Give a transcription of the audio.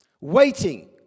waiting